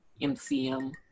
MCM